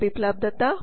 Biplab ದತ್ತDr